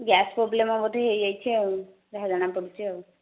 gas problem ବୋଧେ ହୋଇଯାଇଛି ଆଉ ଯାହା ଜଣାପଡ଼ୁଛି ଆଉ